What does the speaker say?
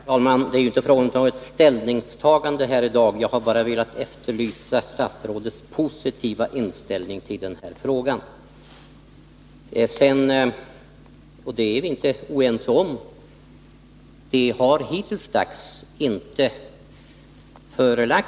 Varje år stjäls vapenutrustning, bl.a. sprängmedel, från militära förråd. Sprängningen vid Norrlandsgatan i Stockholm utfördes, enligt uppgift, med sprängmedel som stulits från militära förråd.